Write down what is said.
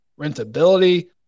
rentability